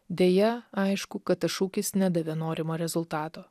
deja aišku kad tas šūkis nedavė norimo rezultato